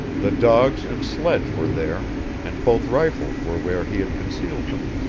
the dogs and sledge were there and both rifles were where he had concealed them.